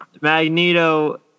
Magneto